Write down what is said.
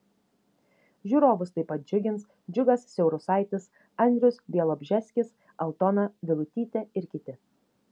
žiūrovus taip pat džiugins džiugas siaurusaitis andrius bialobžeskis aldona vilutytė ir kiti